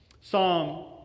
Psalm